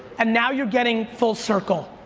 and now you're getting full circle.